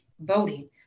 voting